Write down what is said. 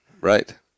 Right